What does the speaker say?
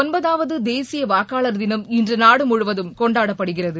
ஒன்பதாவது தேசிய வாக்காளர் தினம் இன்று நாடு முழுவதும் கொண்டாடப்படுகிறது